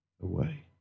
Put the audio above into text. Away